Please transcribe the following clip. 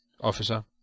officer